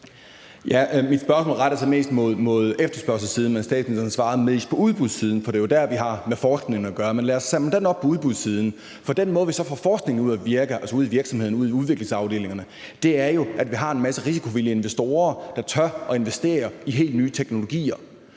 Mit spørgsmål rettede sig mest mod efterspørgselssiden, men statsministeren svarede mest i forhold til udbudssiden, for det er jo der, vi har med forskning at gøre. Men lad os samle den op om udbudssiden, for den måde, vi så får forskningen ud at virke på, altså ud i virksomhederne, ud i udviklingsafdelingerne, er jo ved, at vi har en masse risikovillige investorer, der tør investere i helt nye teknologier.